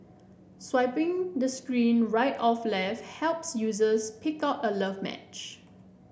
swiping the screen right of left helps users pick out a love match